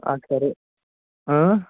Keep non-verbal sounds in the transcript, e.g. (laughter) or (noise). اَتھ کر (unintelligible)